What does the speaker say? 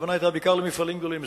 הכוונה היתה בעיקר למפעלים גדולים,